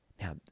Now